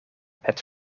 het